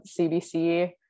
CBC